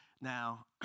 Now